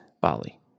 Bali